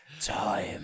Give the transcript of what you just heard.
Time